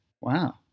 wow